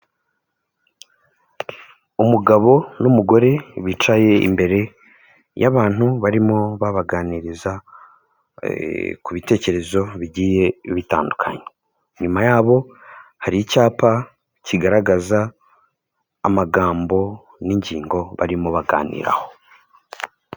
Umugabo n'umugore bicaye imbere y'abantu barimo babaganiriza ku bitekerezo bigiye bitandukanye, inyuma yabo hari icyapa kigaragaza amagambo n'ingingo barimo baganiraho.